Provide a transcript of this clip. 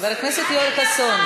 חבר הכנסת יואל חסון,